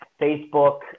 Facebook